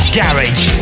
garage